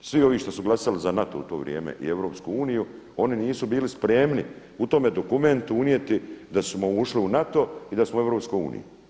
Svi ovi što su glasali za NATO u to vrijeme i EU oni nisu bili spremni u tome dokumentu unijeti da smo ušli u NATO i da smo u EU.